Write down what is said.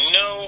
no